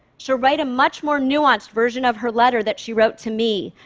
she'll write a much more nuanced version of her letter that she wrote to me.